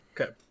Okay